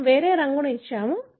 మనము వేరే రంగుని ఇచ్చాము